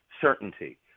certainty